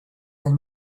del